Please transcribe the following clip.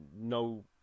no